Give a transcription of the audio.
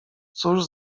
cóż